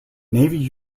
navy